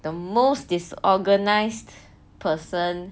the most disorganised person